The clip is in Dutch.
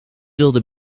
wilde